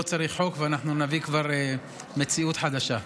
לא צריך חוק, ואנחנו נביא כבר מציאות חדשה.